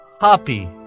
happy